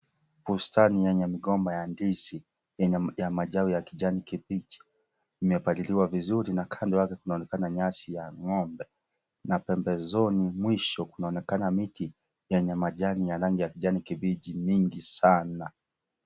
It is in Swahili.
Bustani yenye migomba ya ndizi yenye ya majani ya kijani kibichi, imepaliliwa vizuri na kando yake inaonekana nyasi ya ng'ombe. Na pembezoni mwisho kunaonekana miti yenye majani yenye rangi ya kijani kibichi mingi sana.